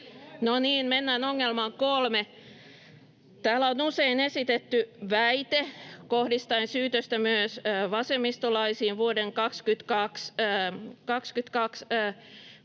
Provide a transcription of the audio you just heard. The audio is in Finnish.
No niin, mennään ongelmaan 3. Täällä on usein esitetty väite kohdistaen syytöstä myös vasemmistolaisiin vuoden 22